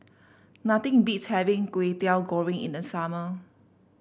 nothing beats having Kway Teow Goreng in the summer